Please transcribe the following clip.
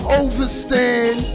overstand